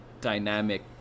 dynamic